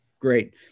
Great